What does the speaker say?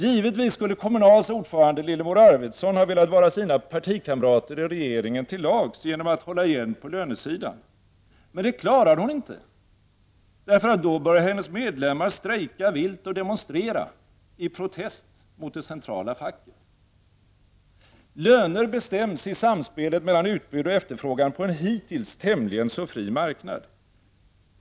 Givetvis skulle Kommunals ordförande Lillemor Arvidsson ha velat vara sina partikamrater i regeringen till lags genom att hålla igen på lönesidan, men det klarar hon inte. Då börjar nämligen hennes medlemmar strejka vilt och demonstrera i protest mot det centrala facket. Löner bestäms i samspelet mellan utbud och efterfrågan på en hittills tämligen fri marknad.